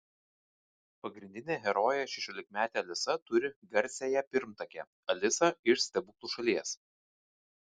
pagrindinė herojė šešiolikmetė alisa turi garsiąją pirmtakę alisą iš stebuklų šalies